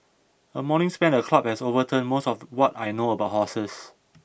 a morning spent at the club has overturned most of what I know about horses